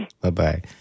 Bye-bye